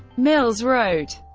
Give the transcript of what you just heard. mills wrote,